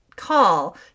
Call